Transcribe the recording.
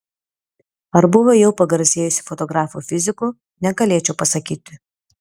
ar buvo jau pagarsėjusių fotografų fizikų negalėčiau pasakyti